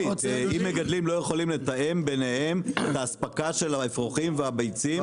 אם המגדלים לא יכולים לתאם ביניהם את ההספקה של האפרוחים והביצים,